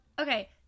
Okay